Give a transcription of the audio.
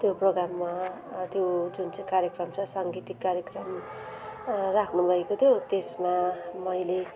त्यो प्रोग्राममा त्यो जुनचाहिँ कार्यक्रम छ साङ्गीतिक कार्यक्रम राख्नुभएको थियो त्यसमा मैले